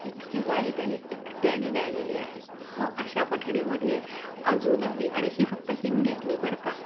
इतकी गाणी त्यांनी एकट्यानी गायलेली आहेत मग अशा पठडीमध्ये अजूनही आणि ही फक्त हिंदीतली बरं का